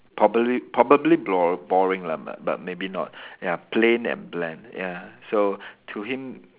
probaly~ probably blor~ boring lah but but maybe not ya plain and bland ya so to him